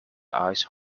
ice